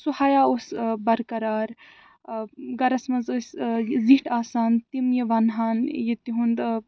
سُہ حیا اوس برقرار گرس منٛز ٲسۍ زِٹھۍ آسان تِم یہِ ونہان یہِ تِہُنٛد